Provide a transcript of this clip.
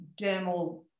dermal